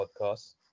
podcast